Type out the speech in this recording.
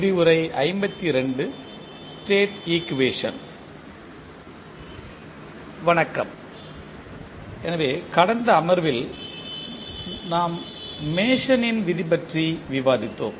வணக்கம் எனவே கடந்த அமர்வில் நாம் மேசனின் விதி பற்றி விவாதித்தோம்